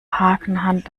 hakenhand